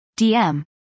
dm